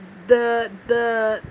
the the